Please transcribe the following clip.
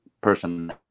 person